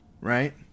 right